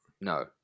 No